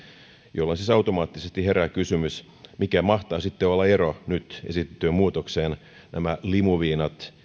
jolloin siis automaattisesti herää kysymys mikä mahtaa sitten olla ero nyt esitettyyn muutokseen nämä limuviinat